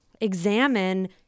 examine